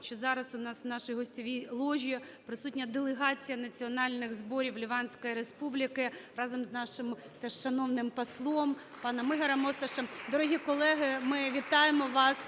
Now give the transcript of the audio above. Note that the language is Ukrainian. що зараз у нас в нашій гостьовій ложі присутня делегація Національних Зборів Ліванської Республіки разом з нашим шановним послом паном Ігорем Осташем. Дорогі колеги, ми вітаємо вас